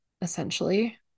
essentially